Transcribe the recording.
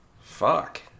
Fuck